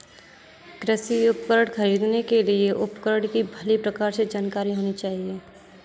कृषि उपकरण खरीदने के लिए उपकरण की भली प्रकार से जानकारी होनी चाहिए